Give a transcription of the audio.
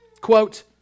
Quote